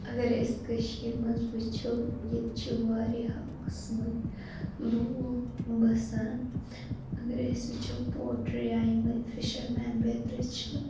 اَگَر أسۍ کٔشیرِ منٛز وُچھو ییٚتہِ چھ وارِیاہ قٕسمٕکۍ لُکھ بَسان اَگَر أسۍ وُچھو پۄٹرِیا یِمَے فِشَر مین بیترِ چھِ